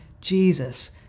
Jesus